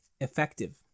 effective